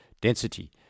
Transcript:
density